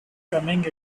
coming